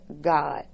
God